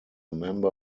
member